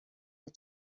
the